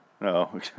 No